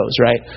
right